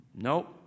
Nope